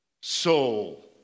soul